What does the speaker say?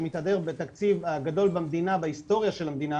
שמתהדר בתקציב הגדול במדינה,